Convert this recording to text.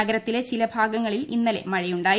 നഗരത്തിലെ ചിലഭാഗങ്ങളിൽ ഇന്നലെ മഴയുണ്ടായി